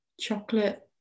chocolate